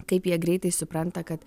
kaip jie greitai supranta kad